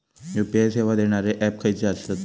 UPI सेवा देणारे app खयचे आसत?